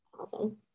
awesome